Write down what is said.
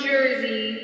Jersey